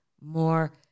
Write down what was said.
more